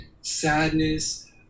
sadness